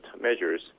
measures